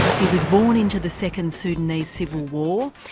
he was born into the second sudanese civil war,